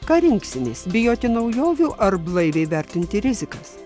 ką rinksimės bijoti naujovių ar blaiviai vertinti rizikas